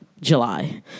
July